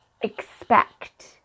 expect